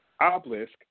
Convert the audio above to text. obelisk